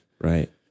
Right